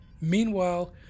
Meanwhile